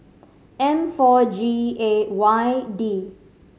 M four G A Y D